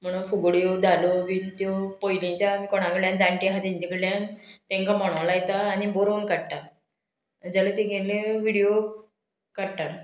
म्हणून फुगड्यो धालो बीन त्यो पयलींच्यान कोणा कडल्यान जाणटी आहा तेंचे कडल्यान तांकां म्हणोन लायता आनी बरोवन काडटा जाल्यार तेंगेल्यो विडियो काडटात